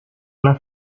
una